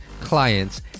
clients